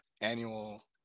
annual